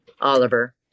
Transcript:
oliver